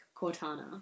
Cortana